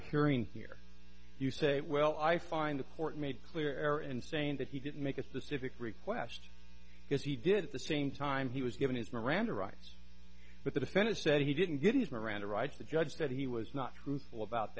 hearing hear you say well i find the court made clear and saying that he didn't make a specific request because he did the same time he was given his miranda rights but the defendant said he didn't get his miranda rights the judge said he was not truthful about